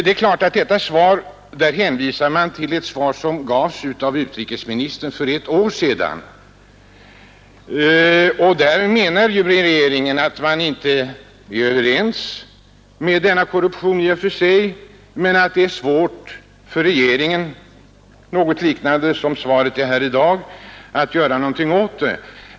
I svaret hänvisas till ett svar som gavs av utrikesministern för ett år sedan. Där sade utrikesministern att man naturligtvis inte gillar denna korruption men att det är svårt för regeringen att göra något — alltså något liknande det som sägs i dagens svar.